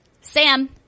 Sam